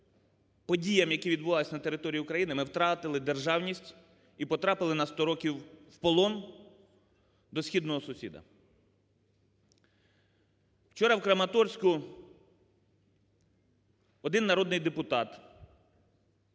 які відбувались на території України, ми втратили державність і потрапили на 100 років в полон до східного сусіда. Вчора в Краматорську один народний депутат